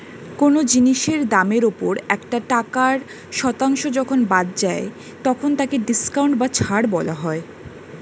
কোন জিনিসের দামের ওপর একটা টাকার শতাংশ যখন বাদ যায় তখন তাকে ডিসকাউন্ট বা ছাড় বলা হয়